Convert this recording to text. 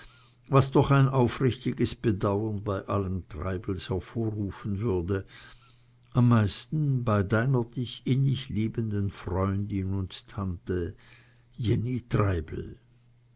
was doch ein aufrichtiges bedauern bei allen treibels hervorrufen würde am meisten bei deiner dich innig liebenden freundin und tante jenny treibel